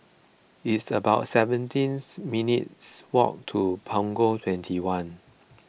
it's about seventeen minutes' walk to Punggol twenty one